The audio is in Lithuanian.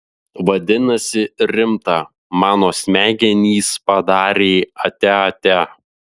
vadinasi rimta mano smegenys padarė atia atia